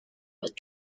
with